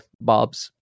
bobs